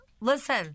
listen